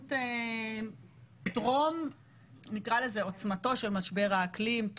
מדיניות טרום עוצמתו של משבר האקלים,